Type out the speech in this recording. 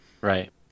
Right